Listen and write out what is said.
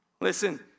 Listen